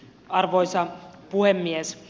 arvoisa puhemies